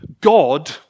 God